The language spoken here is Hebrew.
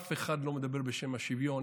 אף אחד לא מדבר בשם השוויון.